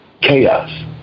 chaos